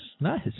Nice